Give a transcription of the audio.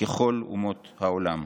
ככל אומות העולם".